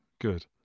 Good